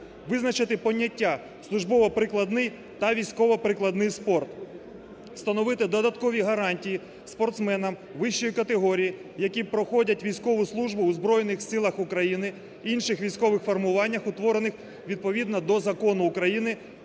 Визначити поняття "службово-прикладний та військово-прикладний спорт". Встановити додаткові гарантії спортсменам вищої категорії, які проходять військову службу в Збройних Силах України, інших військових формуваннях, утворених відповідно до Закону України,